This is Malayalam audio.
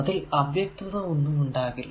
അതിൽ അവ്യക്തത ഒന്നും ഉണ്ടാകില്ല